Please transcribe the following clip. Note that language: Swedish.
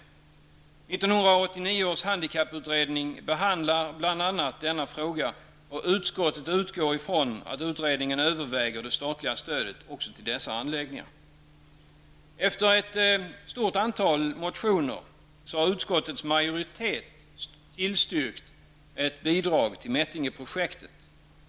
1989 års handikapputredning behandlar bl.a. denna fråga, och utskottet utgår ifrån att utredningen överväger det statliga stödet också till dessa anläggningar. Efter ett stort antal motioner har utskottets majoritet tillstyrkt ett bidrag till Mättingeprojektet.